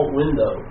window